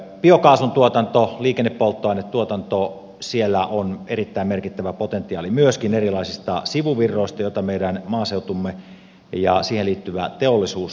biokaasun tuotannossa liikennepolttoainetuotannossa on erittäin merkittävä potentiaali myöskin erilaisista sivuvirroista joita meidän maaseutumme ja siihen liittyvä teollisuus tuottaa